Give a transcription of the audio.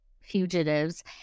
fugitives